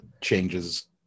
changes